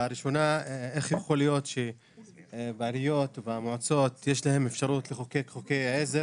הראשונה איך יכול להיות שבעיריות והמועצות יש להם אפשרות לחוקק חוקי עזר